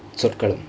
சொற்களம்:sorkalam